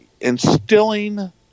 instilling